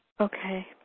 Okay